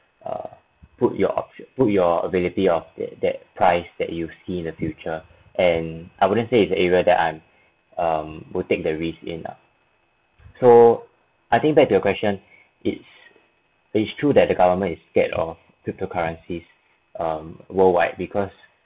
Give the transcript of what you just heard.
err put your option put your ability of that that price that you see the future and I wouldn't say it's area that I'm um will take the risk in lah so I think back to your question it's is true that the government is scared of cryptocurrencies um worldwide because